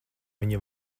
viņa